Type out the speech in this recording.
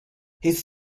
his